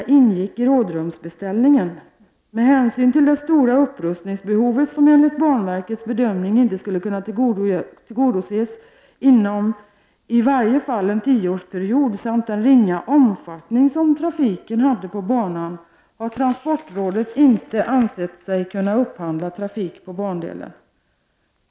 Just denna bana vet som enuigt banverkets bedomning inte skulle kunna tillgodoses inom 1 varje fall en tioårsperiod samt den ringa omfattning som trafiken hade på banan, har transportrådet inte ansett sig kunna upphandla trafik på bandelen.